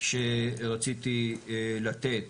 שרציתי לתת,